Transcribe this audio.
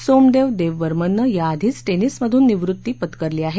सोमदेव देववर्मननं या आधीच टेनिसमधून निवृत्ती पत्करली आहे